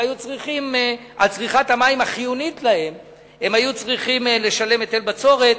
ועל צריכת המים החיונית להם הם היו צריכים לשלם היטל בצורת.